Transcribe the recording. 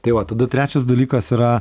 tai va tada trečias dalykas yra